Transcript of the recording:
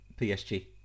PSG